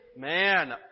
man